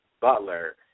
Butler